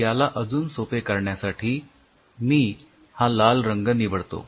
तर याला अजून सोपे करण्यासाठी मी हा लाल रंग निवडतो